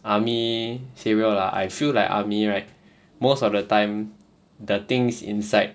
army say real lah I feel like army right most of the time the things inside